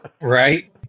Right